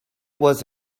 was